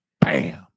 Bam